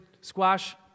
Squash